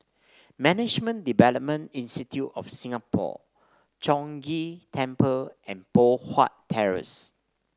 Management Development Institute of Singapore Chong Ghee Temple and Poh Huat Terrace